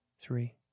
three